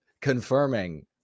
confirming